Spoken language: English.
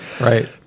Right